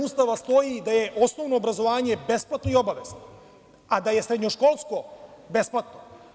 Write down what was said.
Ustava stoji da je osnovno obrazovanje besplatno i obavezno, a da je srednjoškolsko besplatno.